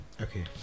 Okay